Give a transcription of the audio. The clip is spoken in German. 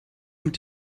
mit